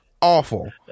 awful